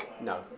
No